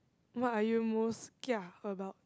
what are you most kia about